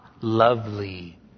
lovely